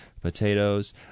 Potatoes